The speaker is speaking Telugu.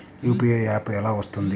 యూ.పీ.ఐ యాప్ ఎలా వస్తుంది?